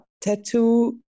tattoo